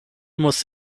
muss